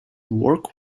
work